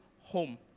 home